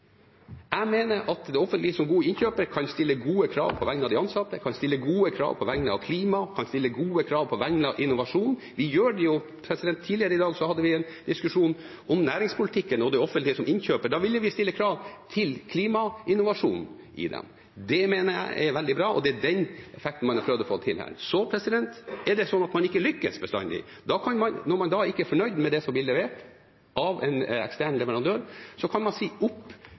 Jeg mener at det offentlige som god innkjøper kan stille gode krav på vegne av de ansatte, kan stille gode krav på vegne av klima, kan stille gode krav på vegne av innovasjon. Tidligere i dag hadde vi en diskusjon om næringspolitikken og det offentlige som innkjøper. Da ville vi stille krav til klima og innovasjon. Det mener jeg er veldig bra, og det er den effekten man har prøvd å få til her. Så er det sånn at man ikke bestandig lykkes. Når man ikke er fornøyd med det som blir levert av en ekstern leverandør, kan man si opp